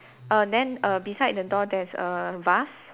err then err beside the door there's a vase